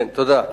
כן, תודה.